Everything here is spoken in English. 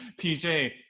PJ